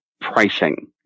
pricing